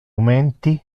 menti